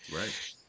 Right